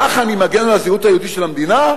כך אני מגן על הזהות היהודית של המדינה?